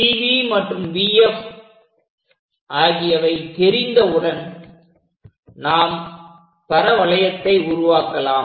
CV மற்றும் VF ஆகியவை தெரிந்தவுடன் நாம் பரவளையத்தை உருவாக்கலாம்